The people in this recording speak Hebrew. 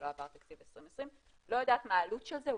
שלא עבר תקציב 2020. לא יודעת מה העלות של זה,